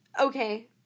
Okay